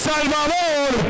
Salvador